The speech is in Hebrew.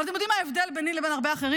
אבל אתם יודעים מה ההבדל ביני לבין הרבה אחרים?